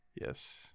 Yes